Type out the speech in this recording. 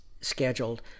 scheduled